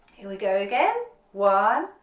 here we go again one,